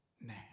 now